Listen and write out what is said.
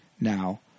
now